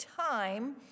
time